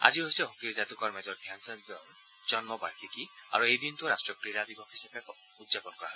আজি হৈছে হকীৰ যাদুকৰ মেজৰ ধ্যানচান্দৰ জন্ম বাৰ্ষিকী আৰু এই দিনটো ৰাষ্ট্ৰীয় ক্ৰীড়া দিৱস হিচাপে উদযাপন কৰা হৈছে